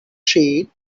sheet